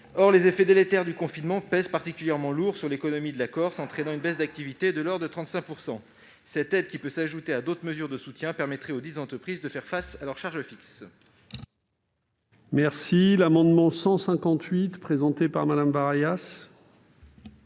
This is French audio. Les effets délétères du confinement pèsent particulièrement lourd sur l'économie de la Corse, entraînant une baisse d'activité de l'ordre de 35 %. Cette aide qui peut s'ajouter à d'autres mesures de soutien permettrait aux dites entreprises de faire face à leurs charges fixes.